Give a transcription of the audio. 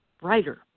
brighter